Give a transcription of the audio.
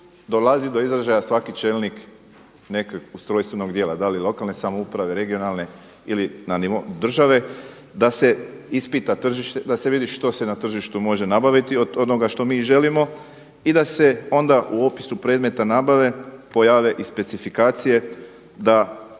dolazi do izražaja svaki čelnik nekog ustrojstvenog dijela, da li lokalne samouprave, regionalne ili na nivou države da se ispita tržište, da se vidi što se na tržištu može nabaviti od onoga što mi želimo i da se onda u opisu predmeta nabave pojave i specifikacije da one budu